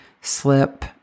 slip